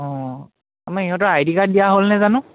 অঁ আমাৰ সিহঁতৰ আই ডি কাৰ্ড দিয়া হ'লনে জানো